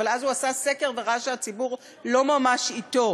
אבל אז הוא עשה סקר וראה שהציבור לא ממש אתו.